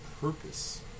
purpose